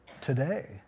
today